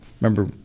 Remember